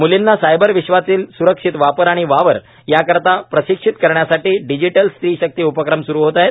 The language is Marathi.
मूलींना सायबर विश्वातील स्रक्षित वापर आणि वावर याकरिता प्रशिक्षित करण्यासाठी डिजिटल स्त्री शक्ती उपक्रम स्रु होत आहे